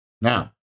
now